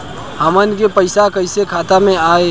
हमन के पईसा कइसे खाता में आय?